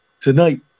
tonight